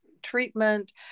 Treatment